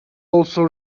also